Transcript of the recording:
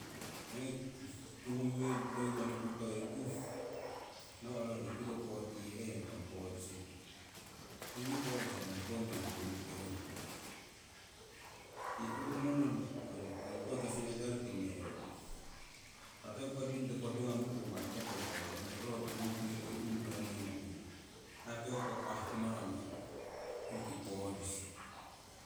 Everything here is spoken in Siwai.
Ongi tuu' yii neumotuku tuku toiku nawa' ro roki piro kotiyehetong polisi kori ongi polisi ngung topo meng kukewah. Tii uhurono nohnno tiki ongi kesinoitaki ne'wah impa tikoko ringkoto potungamo uruku manni tokuko korurong, roki hoo kuukui roki unnoo rinno uhurong aii tikoko aahkumaramo unnukong hoki polisi